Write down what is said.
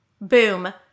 boom